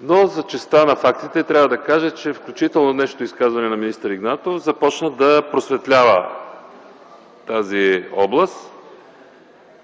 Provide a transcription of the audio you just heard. Но за честта на фактите трябва да кажа, че, включително днешното изказване на министър Игнатов, започна да просветлява тази област